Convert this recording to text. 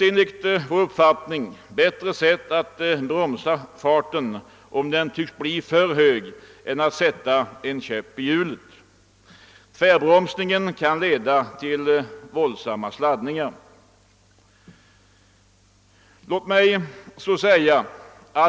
Enligt vår uppfattning finns det bättre sätt att bromsa farten, om den verkar bli för hög, än att sätta en käpp i hjulet. Tvärbromsningen kan leda till våldsamma sladdningar.